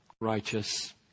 righteous